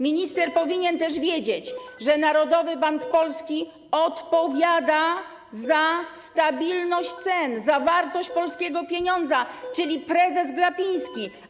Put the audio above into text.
Minister powinien też wiedzieć, że Narodowy Bank Polski odpowiada ze stabilność cen, za wartość polskiego pieniądza, czyli prezes Glapiński.